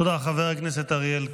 תודה, חבר הכנסת אריאל קלנר.